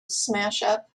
smashup